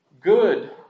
good